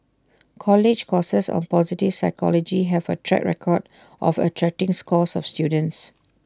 college courses on positive psychology have A track record of attracting scores of students